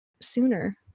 sooner